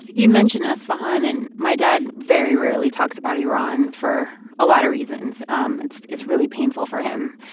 you mentioned isfahan, and my dad very rarely talks about iran for a lot of reasons um it's it's really painful for him.